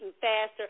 faster